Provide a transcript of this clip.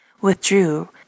withdrew